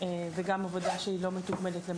וגם עבודה שלא מתוגמלת בהתאם.